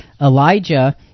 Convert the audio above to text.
Elijah